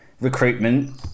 recruitment